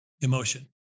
emotion